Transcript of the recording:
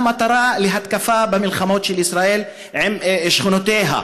מטרה להתקפה במלחמות של ישראל עם שכנותיה,